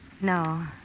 No